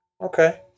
Okay